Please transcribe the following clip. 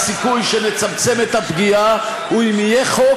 יש סיכוי שנצמצם את הפגיעה אם יהיה חוק,